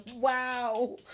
Wow